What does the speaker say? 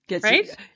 Right